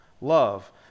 love